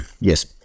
Yes